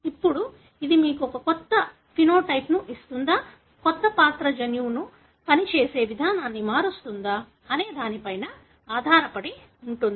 ఇప్పుడు ఇది మీకు కొత్త సమలక్షణాన్ని ఇస్తుందా కొత్త పాత్ర జన్యువు పనిచేసే విధానాన్ని మారుస్తుందా అనే దానిపై ఆధారపడి ఉంటుంది